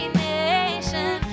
nation